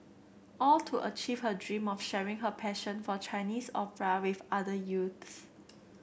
all to achieve her dream of sharing her passion for Chinese opera with other youths